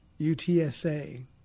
UTSA